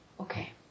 Okay